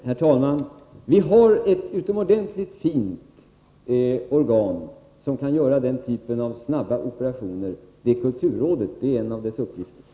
Herr talman! Vi har ett utomordentligt fint organ som kan göra den typen av snabba operationer, nämligen kulturrådet. Det är en av dess uppgifter.